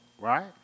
right